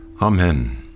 Amen